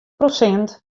prosint